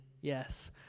yes